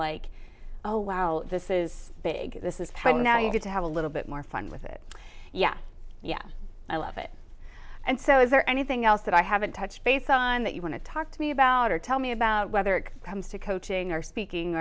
like oh wow this is big this is right now you need to have a little bit more fun with it yeah yeah i love it and so is there anything else that i haven't touched base on that you want to talk to me about or tell me about whether it comes to coaching or speaking